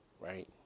Right